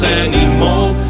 anymore